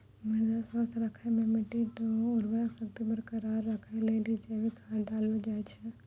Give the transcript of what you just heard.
मृदा स्वास्थ्य राखै मे मट्टी रो उर्वरा शक्ति बरकरार राखै लेली जैविक खाद डाललो जाय छै